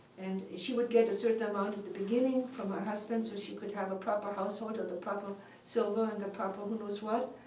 and she would get a certain amount at the beginning from her husband, so she could have a proper household with the proper silver and the proper who knows what.